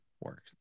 works